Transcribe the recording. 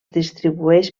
distribueix